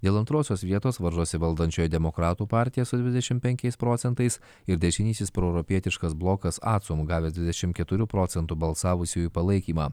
dėl antrosios vietos varžosi valdančioji demokratų partija su dvidešimt penkiais procentais ir dešinysis proeuropietiškas blokas acum gavęs dvidešimt keturių procentų balsavusiųjų palaikymą